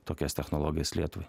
tokias technologijas lietuvai